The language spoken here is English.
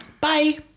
Bye